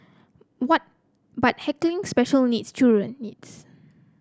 what but heckling special needs